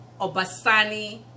Obasani